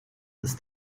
ist